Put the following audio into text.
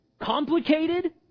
complicated